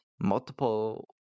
multiple